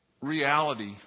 reality